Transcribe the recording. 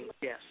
Yes